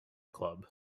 club